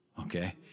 okay